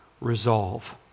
resolve